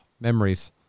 memories